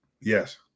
Yes